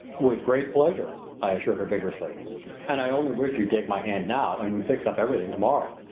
with great pleasure, i assured her vigorously and i only wish you'd take my hand now and we'd fix up everything to-morrow.